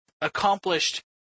accomplished